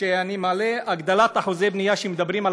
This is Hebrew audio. שאני מעלה, הגדלת אחוזי בנייה.